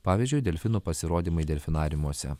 pavyzdžiui delfinų pasirodymai delfinariumuose